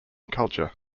culture